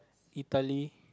Italy